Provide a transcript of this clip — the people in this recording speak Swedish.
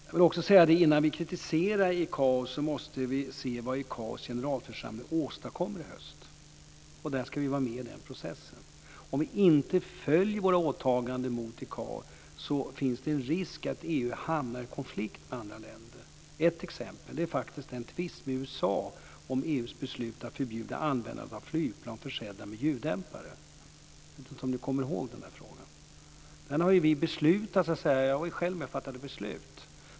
Jag vill också säga att vi innan vi kritiserar ICAO måste se vad ICAO:s generalförsamling åstadkommer i höst. Och vi ska vara med i den processen. Om vi inte följer våra åtaganden gentemot ICAO finns det en risk att EU hamnar i konflikt med andra länder. Ett exempel är faktiskt tvisten med USA om EU:s beslut att förbjuda användandet av flygplan försedda med ljuddämpare. Jag vet inte om ni kommer ihåg den frågan. Vi har ju beslutat om det här; jag var själv med och fattade beslut.